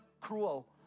cruel